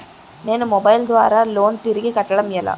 నేను మొబైల్ ద్వారా లోన్ తిరిగి కట్టడం ఎలా?